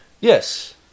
Yes